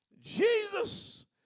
Jesus